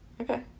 Okay